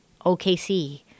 OKC